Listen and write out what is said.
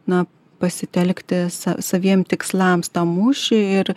na pasitelkti sa saviem tikslams tą mūšį ir